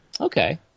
Okay